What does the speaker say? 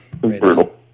brutal